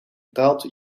daalt